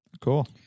Cool